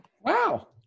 Wow